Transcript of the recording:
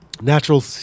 Natural